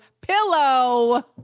Pillow